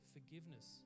Forgiveness